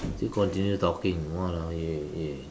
you continue talking !waloa! eh